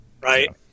right